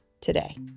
today